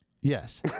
Yes